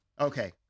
Okay